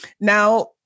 Now